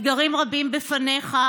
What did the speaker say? אתגרים רבים בפניך,